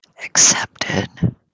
Accepted